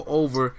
over